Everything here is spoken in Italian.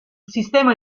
sistema